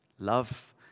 Love